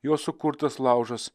jo sukurtas laužas